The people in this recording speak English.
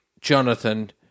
Jonathan